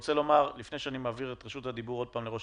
לפני שאני מעביר את רשות הדיבור שוב לראש